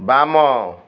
ବାମ